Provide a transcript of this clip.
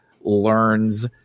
learns